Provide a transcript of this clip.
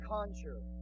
Conjure